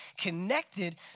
connected